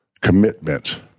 commitment